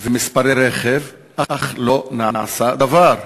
ומספרי רכב, אך לא נעשה דבר.